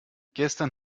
gestern